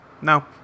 no